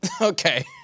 Okay